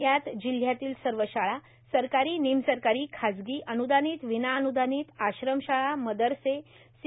यात जिल्हातील सर्व शाळा सरकारी निमसरकारी खाजगी अनुदानित विनाअनुदानित आश्रम शाळा मदरसे सी